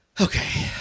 Okay